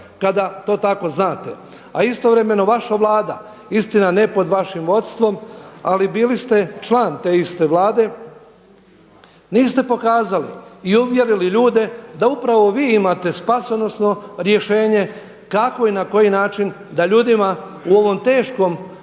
kada to tako znate. A istovremeno vaša vlada istina ne pod vašim vodstvom, ali bili ste član te iste vlade niste pokazali i uvjerili ljude da upravo vi imate spasonosno rješenje kako i na koji način da ljudima u ovom teškom